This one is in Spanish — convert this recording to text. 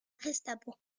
gestapo